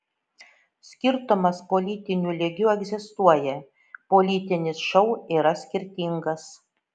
skirtumas politiniu lygiu egzistuoja politinis šou yra skirtingas